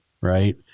Right